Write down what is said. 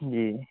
جی